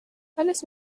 alice